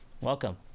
Welcome